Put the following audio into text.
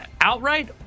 outright